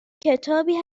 کتابی